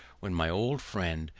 when my old friend,